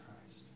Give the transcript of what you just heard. Christ